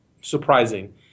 surprising